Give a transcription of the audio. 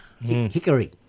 Hickory